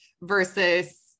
versus